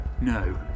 No